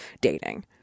dating